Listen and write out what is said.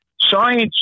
science